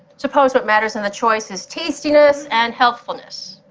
suppose what matters in the choice is tastiness and healthfulness.